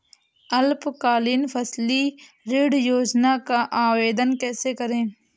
अल्पकालीन फसली ऋण योजना का आवेदन कैसे करें?